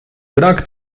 brak